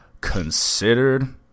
considered